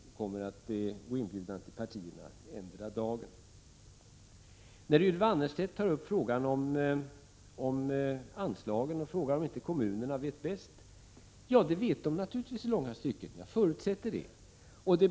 — Inbjudningar till partierna kommer att sändas ut endera dagen. Ylva Annerstedt talade om anslagen och frågade om inte kommunerna vet bäst. Jo, det gör de naturligtvis i långa stycken. Jag förutsätter det.